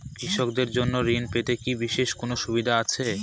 কৃষকদের জন্য ঋণ পেতে কি বিশেষ কোনো সুবিধা আছে?